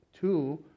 two